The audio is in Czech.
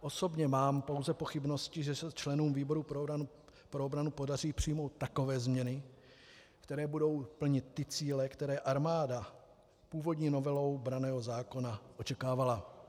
Osobně mám pouze pochybnosti, že se členům výboru pro obranu podaří přijmout takové změny, které budou plnit ty cíle, které armáda původní novelou branného zákona očekávala.